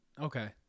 Okay